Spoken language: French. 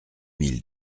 mille